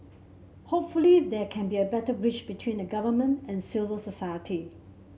hopefully there can be a better bridge between the Government and civil society